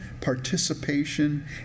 participation